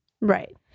Right